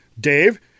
Dave